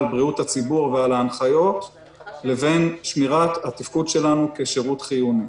בריאות הציבור ועל ההנחיות לבין שמירת התפקוד שלנו כשירות חיוני.